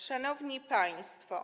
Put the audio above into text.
Szanowni Państwo!